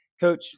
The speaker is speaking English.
Coach